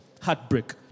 heartbreak